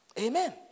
Amen